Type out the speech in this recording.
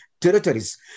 territories